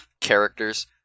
characters